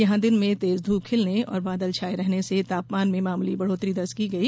यहां दिन में तेज धूप खिलने और बादल छाये रहने से तापमान में मामूली बढ़ौतरी दर्ज की गई